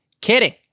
kidding